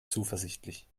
zuversichtlich